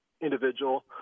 individual